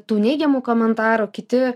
tų neigiamų komentarų kiti